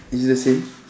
is the same